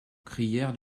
crièrent